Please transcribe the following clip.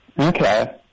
Okay